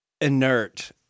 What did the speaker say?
inert